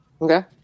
okay